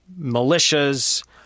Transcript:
militias